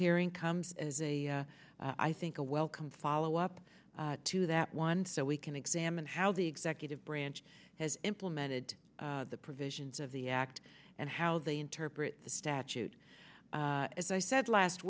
hearing comes as a i think a welcome follow up to that one so we can examine how the executive branch has implemented the provisions of the act and how they interpret the statute as i said last